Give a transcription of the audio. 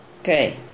Okay